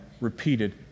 repeated